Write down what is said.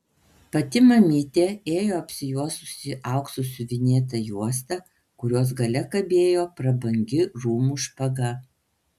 pati mamytė ėjo apsijuosusi auksu siuvinėta juosta kurios gale kabėjo prabangi rūmų špaga